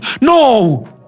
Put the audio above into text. No